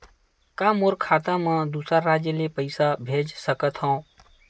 का मोर खाता म दूसरा राज्य ले पईसा भेज सकथव?